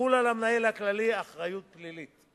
תחול על המנהל הכללי אחריות פלילית.